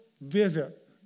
visit